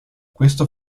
questo